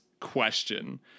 question